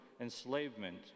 enslavement